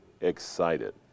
excited